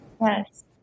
Yes